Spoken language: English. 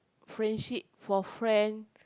friendship for friend